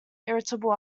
irritable